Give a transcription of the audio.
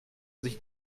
sich